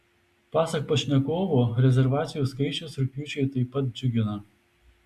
pasak pašnekovo rezervacijų skaičius rugpjūčiui taip pat džiugina